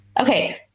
Okay